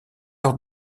leur